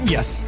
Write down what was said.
Yes